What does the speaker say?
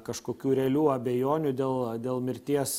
kažkokių realių abejonių dėl dėl mirties